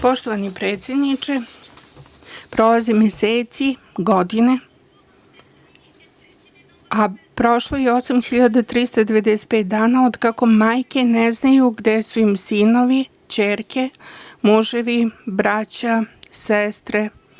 Poštovani predsedniče, prolaze meseci, godine, a prošlo je 8.395 dana otkako majke ne znaju gde su im sinovi, ćerke, muževi, braća, sestre.